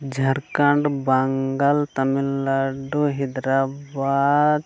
Jharkhand Bengal Tamil Nadu Hyderabad